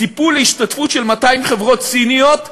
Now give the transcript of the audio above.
ציפו להשתתפות של 200 חברות סיניות,